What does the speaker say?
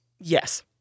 Yes